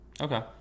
Okay